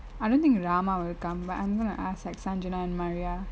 I don't think rama will come but I'm going to ask like sanjana and maria